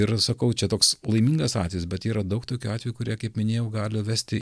ir sakau čia toks laimingas atvejis bet yra daug tokių atvejų kurie kaip minėjau gali vesti